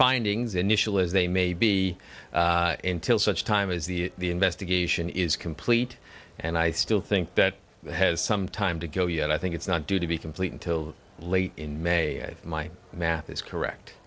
findings initial if they may be in till such time as the the investigation is complete and i still think that has some time to go yet i think it's not due to be complete until late in may my math is